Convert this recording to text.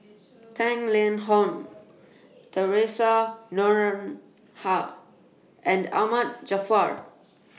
Tang Liang Hong Theresa Noronha and Ahmad Jaafar